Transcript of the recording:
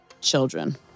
children